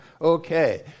Okay